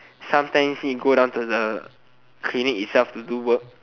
sometimes need go down to the clinic itself to do work